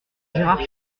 gérard